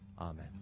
amen